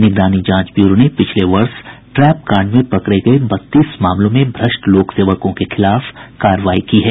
निगरानी जांच ब्यूरो ने पिछले वर्ष ट्रैप कांड में पकड़े गये बत्तीस मामलों में भ्रष्ट लोक सेवकों के खिलाफ कार्रवाई की है